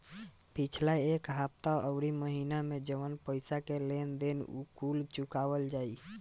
पिछला एक हफ्ता अउरी महीना में जवन पईसा के लेन देन रही उ कुल चुकावल जाई